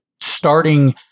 starting